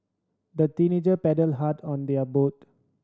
the teenager paddled hard on their boat